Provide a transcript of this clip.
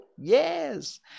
yes